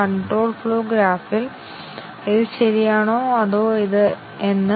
കൂടാതെ ചില കവറേജ് നേടാനാകില്ല